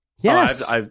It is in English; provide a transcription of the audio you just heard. Yes